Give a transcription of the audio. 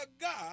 God